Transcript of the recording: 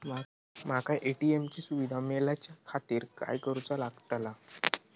माका ए.टी.एम ची सुविधा मेलाच्याखातिर काय करूचा लागतला?